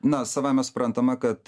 na savaime suprantama kad